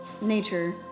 nature